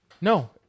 No